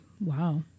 wow